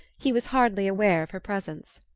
he was hardly aware of her presence.